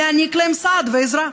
להעניק להם סעד ועזרה.